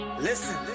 Listen